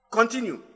Continue